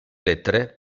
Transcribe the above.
lettere